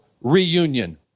reunion